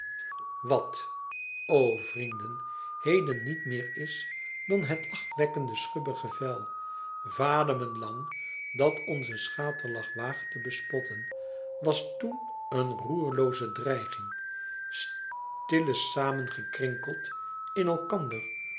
wat o vrienden heden niet meer is dan het lachwekkende schubbige vel vademen lang dat onze schaterlach waagt te bespotten was toen een roerlooze dreiging stille samen gekrinkeld in elkander